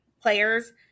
players